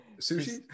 Sushi